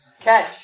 Catch